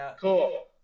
Cool